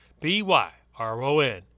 B-Y-R-O-N